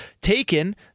taken